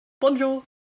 Bonjour